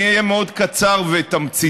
אני אהיה מאוד קצר ותמציתי.